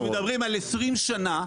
-- אנחנו מדברים על 20 שנה,